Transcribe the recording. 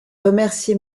remercié